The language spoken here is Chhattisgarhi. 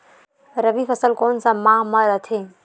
रबी फसल कोन सा माह म रथे?